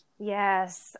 Yes